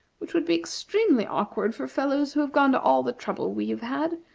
which would be extremely awkward for fellows who have gone to all the trouble we have had.